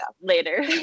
later